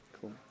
cool